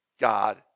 God